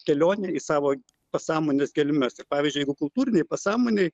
kelionė į savo pasąmonės gelmes ir pavyzdžiui jeigu kultūrinėj pasąmonėj